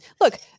Look